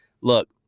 Look